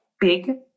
big